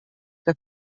que